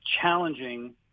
challenging